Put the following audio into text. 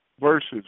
versus